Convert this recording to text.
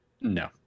no